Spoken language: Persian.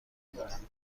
بودند